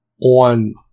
On